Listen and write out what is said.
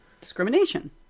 discrimination